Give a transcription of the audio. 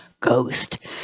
ghost